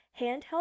Handheld